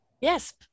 yes